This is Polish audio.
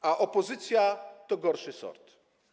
a opozycja to gorszy sort.